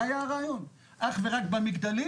זה היה הרעיון: אך ורק במגדלים.